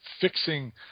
fixing